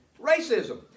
racism